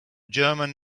german